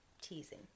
Teasing